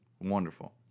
Wonderful